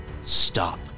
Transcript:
stop